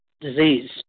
disease